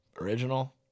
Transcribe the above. original